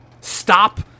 Stop